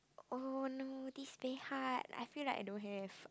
oh no this pay hard I feel I don't have